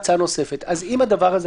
אז אם הדבר הזה,